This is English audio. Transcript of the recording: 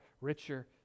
richer